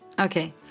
Okay